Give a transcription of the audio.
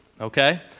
okay